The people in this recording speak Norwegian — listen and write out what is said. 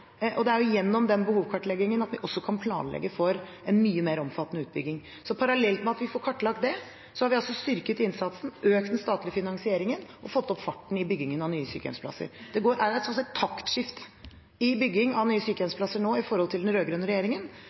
og det er gjennom den kartleggingen av behov at vi også kan planlegge for en mye mer omfattende utbygging. Og parallelt med at vi får kartlagt det, har vi altså styrket innsatsen, økt den statlige finansieringen og fått opp farten i byggingen av nye sykehjemsplasser. Det er altså et taktskifte i bygging av nye sykehjemsplasser nå i forhold til under den rød-grønne regjeringen,